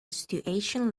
situation